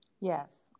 yes